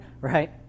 right